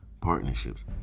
partnerships